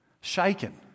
Shaken